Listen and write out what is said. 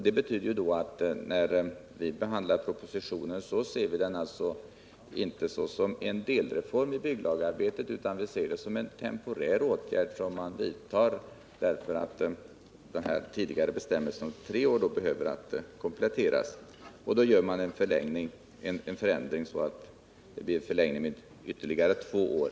Det betyder att vi ser propositionen, inte såsom en delreform i bygglagarbetet, utan som en temporär åtgärd som vidtas därför att den tidigare bestämmelsen om tre år behöver kompletteras. Förändringen innebär en förlängning med ytterligare två år.